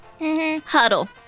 huddle